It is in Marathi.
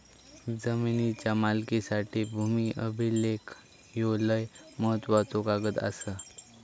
जमिनीच्या मालकीसाठी भूमी अभिलेख ह्यो लय महत्त्वाचो कागद आसा